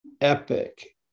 epic